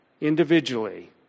individually